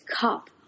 cup